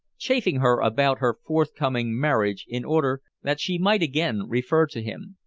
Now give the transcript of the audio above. chaffing her about her forthcoming marriage in order that she might again refer to him.